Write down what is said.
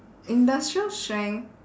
industrial strength